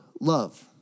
love